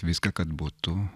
viską kad būtų